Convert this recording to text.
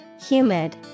humid